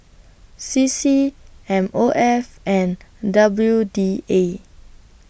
C C M O F and W D A